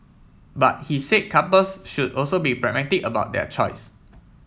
but he said couples should also be pragmatic about their choice